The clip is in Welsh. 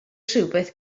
rhywbeth